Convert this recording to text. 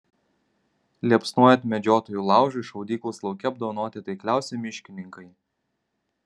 liepsnojant medžiotojų laužui šaudyklos lauke apdovanoti taikliausi miškininkai